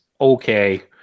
okay